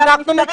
וגם נפטרים ממנה.